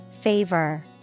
Favor